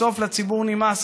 בסוף לציבור נמאס,